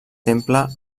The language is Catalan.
temple